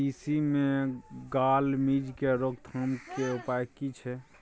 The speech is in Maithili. तिसी मे गाल मिज़ के रोकथाम के उपाय की छै?